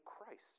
Christ